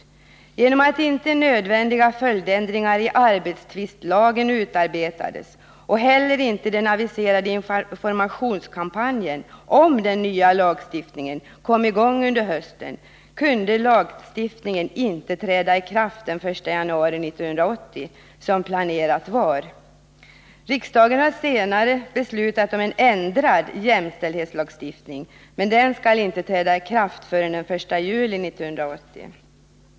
På grund av att inte nödvändiga följdändringar i arbetstvistlagen utarbetades och att inte heller den aviserade informationskampanjen om den nya lagstiftningen kom i gång under hösten, kunde lagstiftningen inte träda i kraft den 1 januari 1980 som var planerat. Riksdagen har senare beslutat om en ändring av jämställdhetslagstiftningen, men den skall inte träda i kraft förrän den 1 juli 1980.